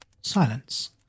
Silence